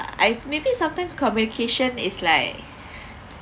I maybe sometimes communication is like